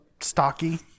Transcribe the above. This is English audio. stocky